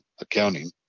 accounting